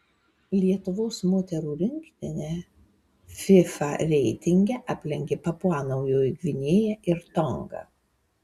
lietuvos moterų rinktinę fifa reitinge aplenkė papua naujoji gvinėja ir tonga